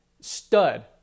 stud